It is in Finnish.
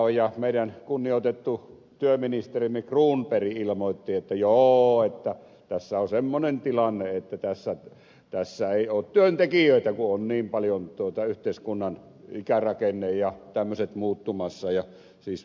ja meidän kunnioitettu työministerimme cronberg ilmoitti että joo tässä on semmoinen tilanne että tässä ei oo työntekijöitä ku on niin paljon yhteiskunnan ikärakenne ja tämmöiset muuttumassa